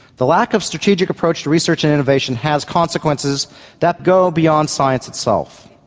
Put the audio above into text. the lack of strategic approach to research and innovation has consequences that go beyond science itself.